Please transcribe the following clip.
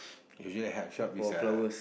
usually health shop is uh